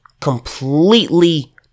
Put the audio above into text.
completely